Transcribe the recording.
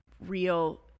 real